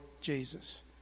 Jesus